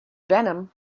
venom